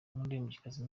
umuririmbyikazi